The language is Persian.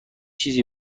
چیزی